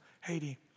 Haiti